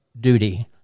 duty